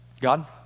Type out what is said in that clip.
God